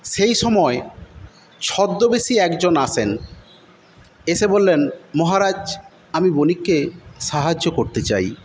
সেই সময় ছদ্মবেশী একজন আসেন এসে বললেন মহারাজ আমি বণিককে সাহায্য করতে চাই